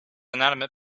inanimate